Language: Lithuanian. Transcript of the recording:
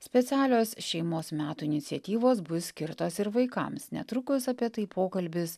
specialios šeimos metų iniciatyvos bus skirtos ir vaikams netrukus apie tai pokalbis